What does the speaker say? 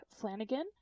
Flanagan